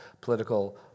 political